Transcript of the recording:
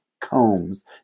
Combs